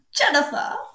Jennifer